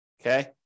Okay